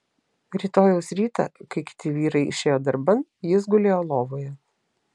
rytojaus rytą kai kiti vyrai išėjo darban jis gulėjo lovoje